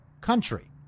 country